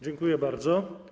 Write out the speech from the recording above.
Dziękuję bardzo.